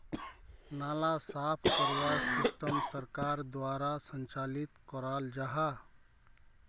नाला साफ करवार सिस्टम सरकार द्वारा संचालित कराल जहा?